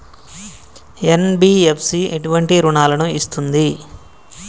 NBFC ఎటువంటి రుణాలను ఇస్తుంది?